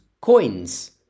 coins